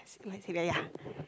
you want to say that yeah